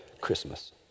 Christmas